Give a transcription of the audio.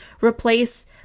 Replace